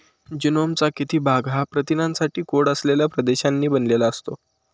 जीनोमचा किती भाग हा प्रथिनांसाठी कोड असलेल्या प्रदेशांनी बनलेला असतो?